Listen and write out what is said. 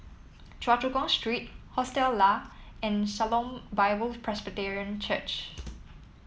Choa Chu Kang Street Hostel Lah and Shalom Bible Presbyterian Church